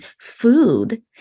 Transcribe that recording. food